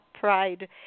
pride